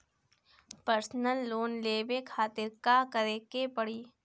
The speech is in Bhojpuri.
परसनल लोन लेवे खातिर का करे के पड़ी?